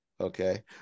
Okay